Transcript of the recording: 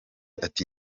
ati